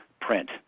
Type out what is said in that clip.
print